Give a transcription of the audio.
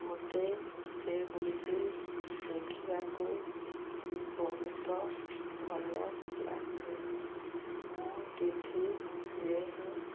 ମୋତେ ସେଗୁଡ଼ିକୁ ଦେଖିବାକୁ ବହୁତ ଭଲ ଲାଗେ ମୁଁ ଟିଭିରେ ହିଁ